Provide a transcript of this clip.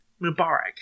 Mubarak